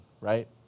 right